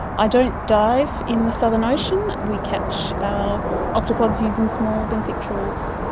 i don't dive in the southern ocean. we catch our octopods using small benthic trawls.